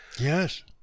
Yes